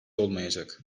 olmayacak